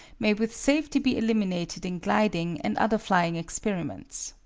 may with safety be eliminated in gliding and other flying experiments.